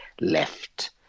left